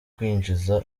kwinjiza